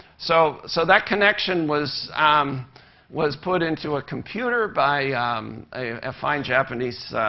so so that connection was um was put into a computer by a fine japanese